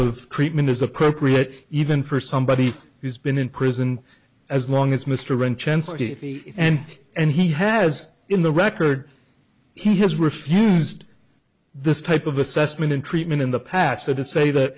of treatment is appropriate even for somebody who's been in prison as long as mr wrenn chancy and and he has in the record he has refused this type of assessment and treatment in the past so to say that